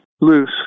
loose